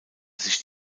sich